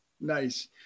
nice